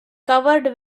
covered